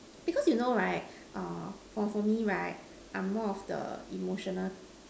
because you know right err for for me right I'm more of the emotional